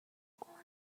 اون